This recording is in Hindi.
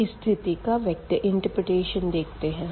इस स्थिति का वेक्टर इंटर्प्रेटेशन देखते है